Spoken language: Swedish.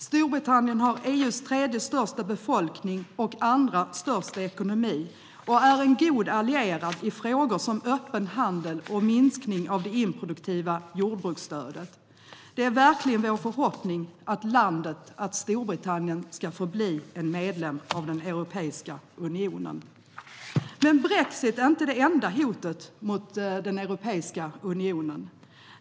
Storbritannien har EU:s tredje största befolkning och andra största ekonomi och är en god allierad i frågor om öppen handel och minskning av det improduktiva jordbruksstödet. Det är verkligen vår förhoppning att Storbritannien förblir en medlem av Europeiska unionen. Brexit är inte det enda hotet mot Europeiska unionen.